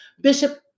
Bishop